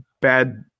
bad